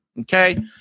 Okay